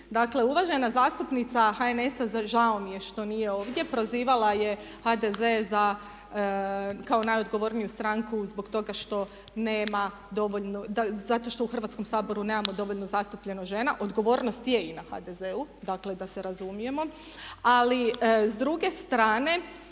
Dakle, uvažena zastupnica HNS-a, žao mi je što nije ovdje, prozivala je HDZ kao najodgovorniju stranku zbog toga što nema dovoljno, zato što u Hrvatskom saboru nemamo dovoljnu zastupljenost žena, odgovornost je i na HDZ-u da se razumijemo ali s druge strane